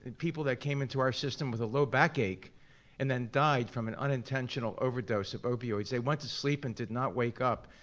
and people that came into our system with a low backache and then died from an unintentional overdose of opioids. they went to sleep and did not wake up.